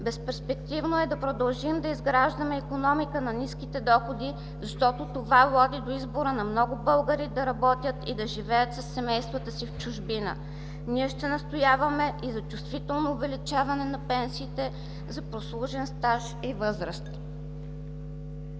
Безперспективно е да продължим да изграждаме икономика на ниските доходи, защото това води до избора на много българи да работят и живеят със семействата си в чужбина. Ние ще настояваме и за чувствително увеличаване на пенсиите за прослужен стаж и възраст.